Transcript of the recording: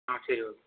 ஆ சரி ஓகே